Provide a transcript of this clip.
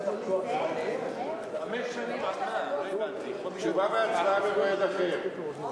תשובה והצבעה במועד אחר.